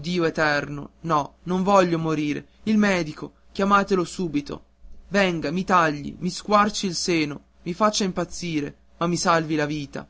dio eterno no non voglio morire il medico chiamatelo subito venga mi tagli mi squarci il seno mi faccia impazzire ma mi salvi la vita